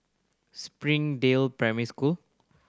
Springdale Primary School